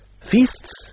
feasts